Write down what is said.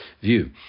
view